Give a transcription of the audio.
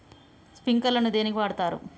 Sprinkler ను దేనికి వాడుతరు?